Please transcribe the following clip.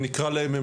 שנקרא להם,